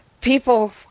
people